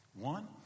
One